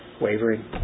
Wavering